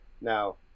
Now